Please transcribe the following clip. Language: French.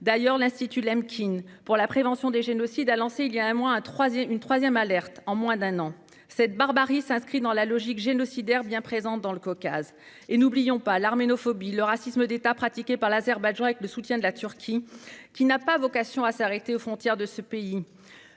L'Institut Lemkin pour la prévention des génocides a d'ailleurs lancé, il y a un mois, sa troisième alerte en moins d'un an. Cette barbarie s'inscrit dans la logique génocidaire, bien présente dans le Caucase. N'oublions pas l'arménophobie et le racisme d'État pratiqué par l'Azerbaïdjan avec le soutien de la Turquie, lequel n'a pas vocation à s'arrêter aux frontières de ce pays.